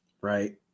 Right